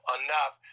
enough